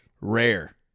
Rare